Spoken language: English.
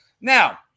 Now